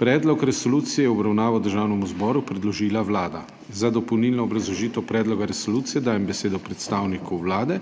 Predlog resolucije je v obravnavo Državnemu zboru predložila Vlada. Za dopolnilno obrazložitev predloga resolucije dajem besedo predstavniku Vlade